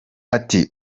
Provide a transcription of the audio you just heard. ati